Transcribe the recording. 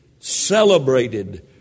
celebrated